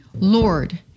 Lord